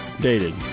dated